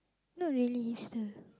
no really is the